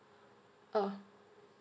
oh